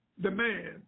demand